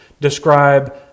describe